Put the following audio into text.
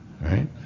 Right